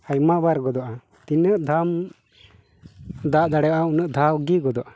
ᱟᱭᱢᱟ ᱵᱟᱨ ᱜᱚᱫᱚᱜᱼᱟ ᱛᱤᱱᱟᱹᱜ ᱫᱷᱟᱣᱮᱢ ᱫᱟᱜ ᱫᱟᱲᱮᱭᱟᱜᱼᱟ ᱩᱱᱟᱹᱜ ᱫᱷᱟᱣ ᱜᱮ ᱜᱚᱫᱚᱜᱼᱟ